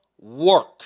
work